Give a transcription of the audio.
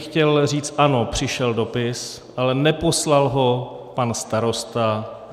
Chtěl bych říct ano, přišel dopis, ale neposlal ho pan starosta.